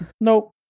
Nope